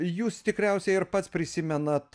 jūs tikriausiai ir pats prisimenat